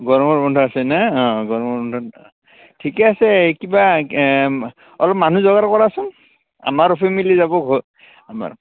গৰমৰ বন্ধ আছে নে অঁ গৰমৰ বন্ধ ঠিকে আছে কিবা অলপ মানুহ জোগাৰ কৰাচোন আমাৰো ফেমিলি যাব ঘ আমাৰ